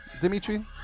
Dimitri